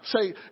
say